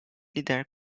lidar